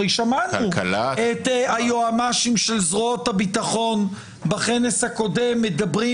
הרי שמענו את היועמ"שים של זרועות הביטחון בכנס הקודם מדברים